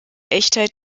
echtheit